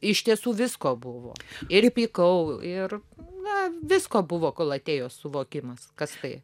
iš tiesų visko buvo ir pykau ir na visko buvo kol atėjo suvokimas kas tai